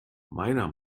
meiner